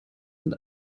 sind